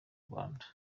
rwanda